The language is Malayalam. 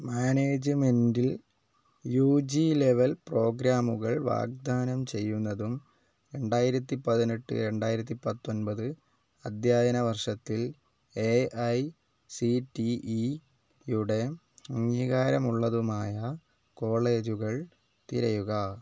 മാനേജ്മെൻ്റിൽ യുജി ലെവൽ പ്രോഗ്രാമുകൾ വാഗ്ദാനം ചെയ്യുന്നതും രണ്ടായിരത്തി പതിനെട്ട് രണ്ടായിരത്തി പത്തൊൻപത് അധ്യയന വർഷത്തിൽ എ ഐ സി ടി ഇയുടെ അംഗീകാരമുള്ളതുമായ കോളേജുകൾ തിരയുക